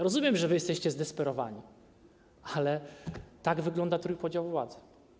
Rozumiem, że jesteście zdesperowani, ale tak wygląda trójpodział władzy.